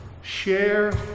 share